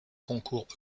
concours